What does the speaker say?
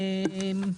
האם אנחנו